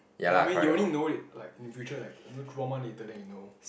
ya I mean you already know it like in the future like through one month later then you know